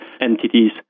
entities